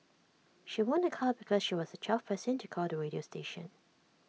she won A car because she was the twelfth person to call the radio station